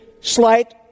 slight